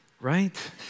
Right